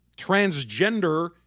transgender